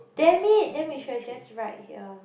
damn it then we should've just write here